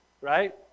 Right